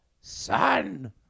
son